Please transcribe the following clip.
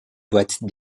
boites